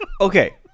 okay